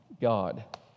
God